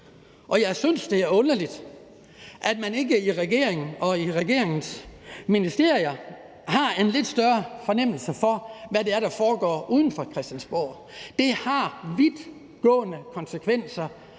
Jeg synes, det er underligt, at man ikke i regeringen og regeringens ministerier har en lidt større fornemmelse for, hvad det er, der foregår uden for Christiansborg. Det her har vidtgående konsekvenser.